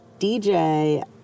DJ